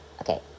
Okay